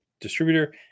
distributor